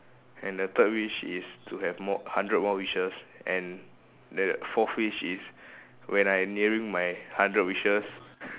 and the third wish is to have more hundred more wishes and then fourth wish is when I nearing my hundred wishes